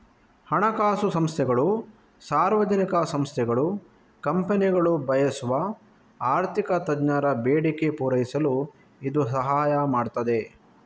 ಹಣಕಾಸು ಸಂಸ್ಥೆಗಳು, ಸಾರ್ವಜನಿಕ ಸಂಸ್ಥೆಗಳು, ಕಂಪನಿಗಳು ಬಯಸುವ ಆರ್ಥಿಕ ತಜ್ಞರ ಬೇಡಿಕೆ ಪೂರೈಸಲು ಇದು ಸಹಾಯ ಮಾಡ್ತದೆ